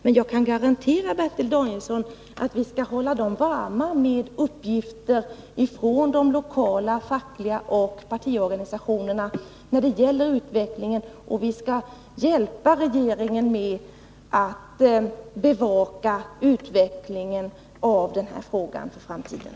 Men jag kan garantera Bertil Danielsson att vi skall hålla regeringen varm med uppgifter från de lokala fackliga organisationerna och partiorganisationerna när det gäller utvecklingen, och vi skall hjälpa regeringen att bevaka utvecklingen i denna fråga för framtiden.